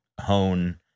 hone